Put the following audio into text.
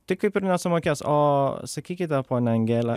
tai kaip ir nesumokės o sakykite ponia angele